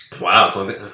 Wow